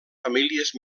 famílies